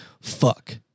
fuck